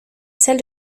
celle